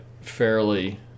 fairly